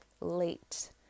late